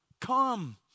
come